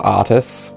artists